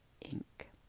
ink